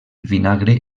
vinagre